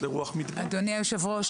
אדוני יושב הראש,